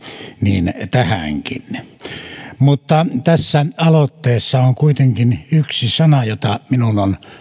niin tähänkin mutta tässä aloitteessa on kuitenkin yksi sana jota minun on